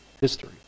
history